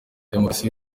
demukarasi